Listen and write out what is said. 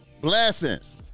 blessings